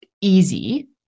easy